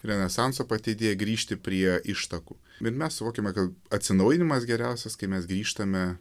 renesanso pati idėja grįžti prie ištakų bet mes suvokiame kad atsinaujinimas geriausias kai mes grįžtame